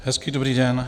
Hezký dobrý den.